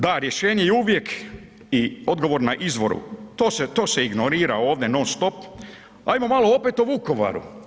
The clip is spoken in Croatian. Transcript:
Da, rješenje je uvijek i odgovor na izvor, to se ignorira ovdje non-stop, ajmo malo opet o Vukovaru.